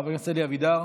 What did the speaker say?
חבר הכנסת אלי אבידר,